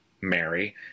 Mary